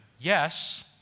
yes